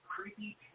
creepy